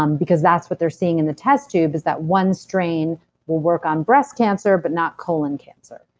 um because that's what they're seeing in the test tube is that one strain will work on breast cancer, but not colon cancer.